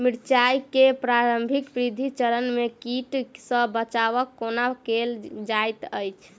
मिर्चाय केँ प्रारंभिक वृद्धि चरण मे कीट सँ बचाब कोना कैल जाइत अछि?